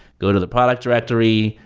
go to the product directory,